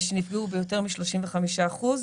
שנפגעו ביותר מ-35 אחוזים,